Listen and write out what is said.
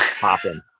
popping